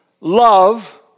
love